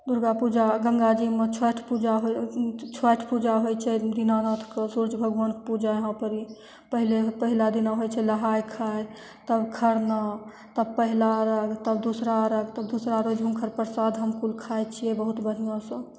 दुर्गा पूजा गंगा जीमे छठ पूजा छठ पूजा होइ छै दीनानाथके सूर्य भगवानके पूजा यहाँ परी पहिले पहिला दिना होइ छलय नहाय खाय तब खरना तब पहिला अर्घ तब दूसरा अर्घ तब दूसरा अर्घ हुनकर प्रसाद हम कुल खाइ छियै बहुत बढ़िआँसँ